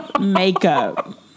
makeup